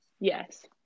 yes